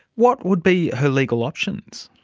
what would be her legal options?